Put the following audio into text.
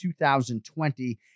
2020